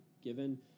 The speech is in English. given